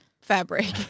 Fabric